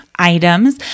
items